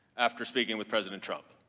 after speaking with president trump.